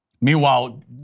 meanwhile